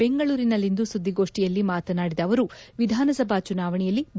ಬೆಂಗಳೂರಿನಲ್ಲಿಂದು ಸುದ್ದಿಗೋಡ್ಕಿಯಲ್ಲಿ ಮಾತನಾಡಿದ ಅವರು ವಿಧಾನಸಭಾ ಚುನಾವಣೆಯಲ್ಲಿ ಬಿ